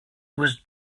was